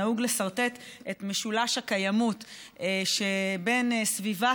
נהוג לסרטט את משולש הקיימות שבין סביבה,